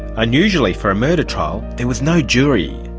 unusually for a murder trial, there was no jury.